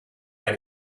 and